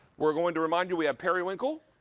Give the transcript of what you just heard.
we are going to remind, you we have periwinkle.